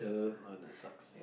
not that sucks